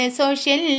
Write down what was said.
social